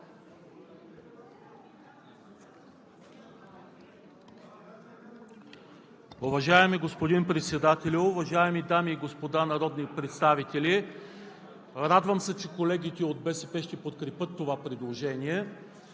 Уважаеми господин Председателю, уважаеми дами и господа народни представители! Радвам се, че колегите от БСП ще подкрепят това предложение.